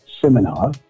seminar